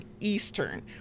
Eastern